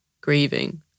grieving